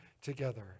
together